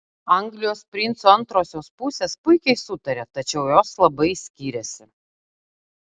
anglijos princų antrosios pusės puikiai sutaria tačiau jos labai skiriasi